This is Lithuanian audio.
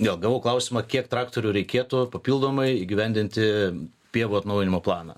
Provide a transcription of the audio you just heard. vėl gavau klausimą kiek traktorių reikėtų papildomai įgyvendinti pievų atnaujinimo planą